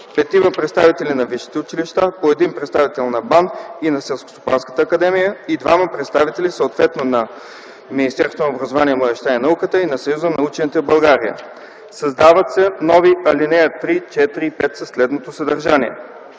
петима представители на висшите училища, по един представител на БАН и на Селскостопанската академия и двама представители, съответно на Министерството на образованието, младежта и науката и на Съюза на учените в България .” 3. Създават се нови ал. 3, 4 и 5 със следното съдържание: